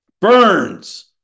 Burns